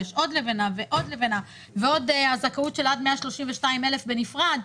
יש עוד לבנה ועוד לבנה והזכאות של עד 132,000 בנפרד.